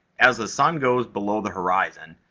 as the sun goes below the horizon,